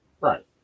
right